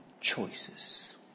choices